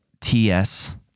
TS